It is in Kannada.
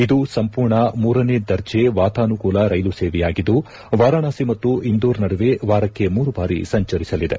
ಇದು ಸಂಪೂರ್ಣ ಮೂರನೇ ದರ್ಜೆ ವಾತಾನುಕೂಲ ರೈಲು ಸೇವೆಯಾಗಿದ್ದು ವಾರಾಣಸಿ ಮತ್ತು ಇಂದೋರ್ ನಡುವೆ ವಾರಕ್ಕೆ ಮೂರು ಬಾರಿ ಸಂಚರಿಸಲಿದೆ